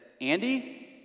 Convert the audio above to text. Andy